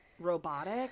robotic